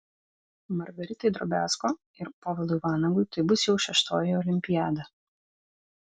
margaritai drobiazko ir povilui vanagui tai bus jau šeštoji olimpiada